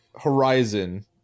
Horizon